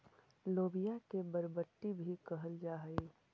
लोबिया के बरबट्टी भी कहल जा हई